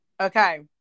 Okay